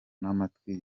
n’amatwi